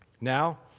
Now